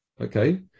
okay